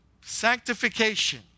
sanctification